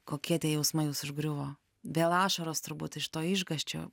kokie tie jausmai jus užgriuvo vėl ašaros turbūt iš to išgąsčio